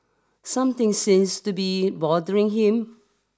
something seems to be bothering him